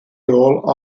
nôl